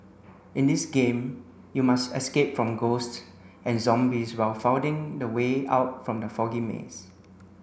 in this game you must escape from ghosts and zombies while finding the way out from the foggy maze